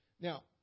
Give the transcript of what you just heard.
Now